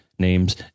names